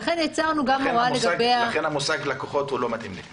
לכן המושג "לקוחות" לא מתאים לכאן.